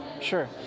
Sure